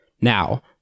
Now